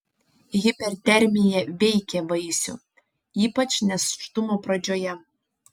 hipertermija veikia vaisių ypač nėštumo pradžioje